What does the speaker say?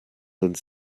uns